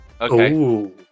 Okay